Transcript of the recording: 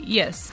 yes